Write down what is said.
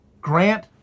Grant